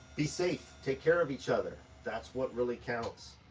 be safe, take care of each other. that's what really counts,